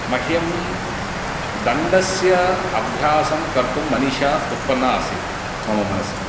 मह्यं दण्डस्य अभ्यासं कर्तुं मनीषा उत्पन्ना आसीत् मम मनसि